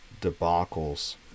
debacles